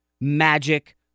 Magic